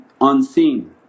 unseen